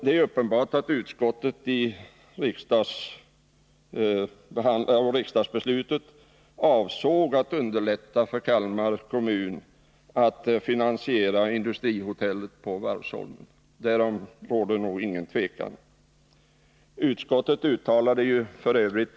Det är uppenbart att utskottet och riksdagen avsåg att underlätta för Kalmar kommun att finansiera industrihotellet på Varvsholmen, därom råder ingen tvekan. Utskottet uttalade f.ö.